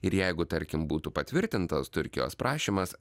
ir jeigu tarkim būtų patvirtintas turkijos prašymas